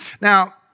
Now